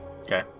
Okay